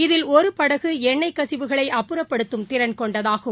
இதில் ஒருபடகுஎண்ணெய் கசிவுகளைஅப்புறப்படுத்தும் திறன் கொண்டதாகும்